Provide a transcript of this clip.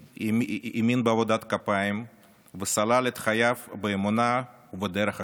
בעבודת כפיים וסלל את חייו באמונה ובדרך הקשה.